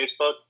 Facebook